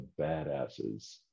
badasses